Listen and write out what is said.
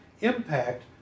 impact